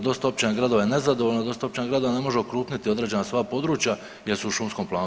Dosta općina, gradova je nezadovoljno, dosta općina i gradova ne može okrupniti određena svoja područja jer su u šumskom planu.